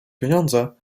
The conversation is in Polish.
pieniądze